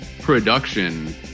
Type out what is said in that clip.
production